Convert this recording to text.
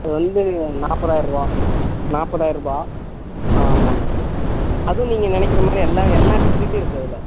அது வந்து நாற்பதாயரூவா நாற்பதாயரூபா ஆமாம் அதுவும் நீங்கள் நினைக்குற மாதிரி எல்லாம் எல்லாம் ஃபெசிலிட்டியும் இருக்கு அதில்